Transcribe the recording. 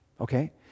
okay